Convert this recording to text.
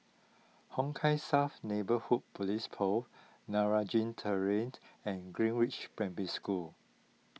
Hong Kah South Neighbourhood Police Post Meragi Terrace and Greenridge Primary School